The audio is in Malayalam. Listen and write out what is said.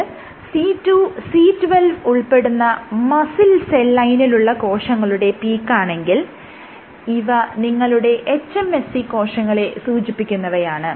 ഇത് C2C12 ഉൾപ്പെടുന്ന മസിൽ സെൽ ലൈനിനുള്ള കോശങ്ങളുടെ പീക്കാണെങ്കിൽ ഇവ നിങ്ങളുടെ hMSC കോശങ്ങളെ സൂചിപ്പിക്കുന്നവയാണ്